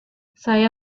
saya